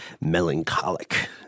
melancholic